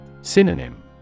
Synonym